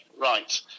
right